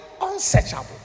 Unsearchable